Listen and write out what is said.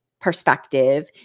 perspective